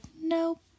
No